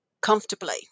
comfortably